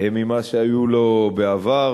ממה שהיו לו בעבר,